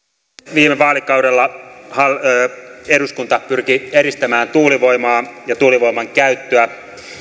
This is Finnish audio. viime vaalikaudella eduskunta pyrki edistämään tuulivoimaa ja tuulivoiman käyttöä